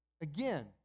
Again